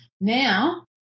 now